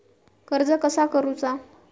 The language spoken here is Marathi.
कर्ज कसा करूचा?